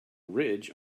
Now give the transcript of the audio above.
ridge